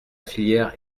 filière